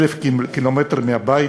1,000 קילומטר מהבית,